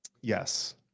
yes